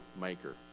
maker